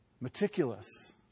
Meticulous